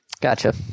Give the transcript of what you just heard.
Gotcha